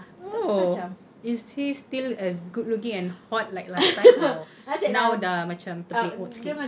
oh is he still as good looking and hot like last time or now dah macam terpleot sikit